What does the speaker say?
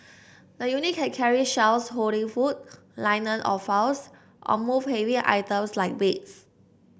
the unit can carry shelves holding food liner or files or move heavy items like beds